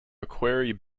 macquarie